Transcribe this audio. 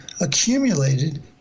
accumulated